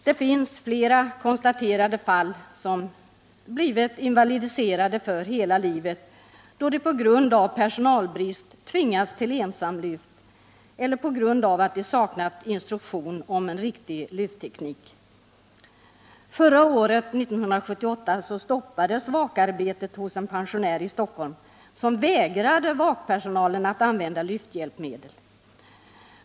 Man har kunnat konstatera flera fall där människor blivit invalidiserade för hela livet, då de på grund av personalbrist tvingats till ensamlyft eller därför att de saknat instruktion om en riktig lyftteknik. Förra året stoppades vakarbetet hos en pensionär i Stockholm, som vägrade vakpersonalen att använda lyfthjälpmedel.